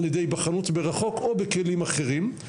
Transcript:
על ידי היבחנות מרחוק או בכלים אחרים,